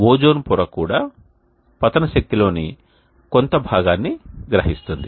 ozone పొర కూడా పతన శక్తి లోని కొంత భాగాన్ని గ్రహిస్తుంది